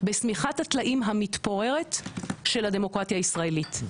בסמיכת הטלאים המתפוררת של הדמוקרטיה הישראלית,